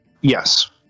Yes